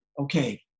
Okay